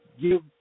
give